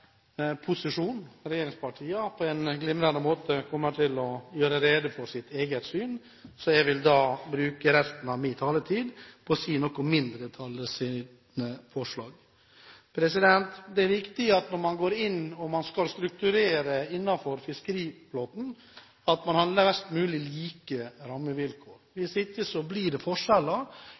posisjonen, regjeringspartiene, på en glimrende måte kommer til å gjøre rede for sitt eget syn, så jeg vil bruke resten av min taletid til å si noe om mindretallets forslag. Det er viktig når man går inn og skal strukturere innenfor fiskeflåten, at man har mest mulig like rammevilkår – hvis ikke blir det forskjeller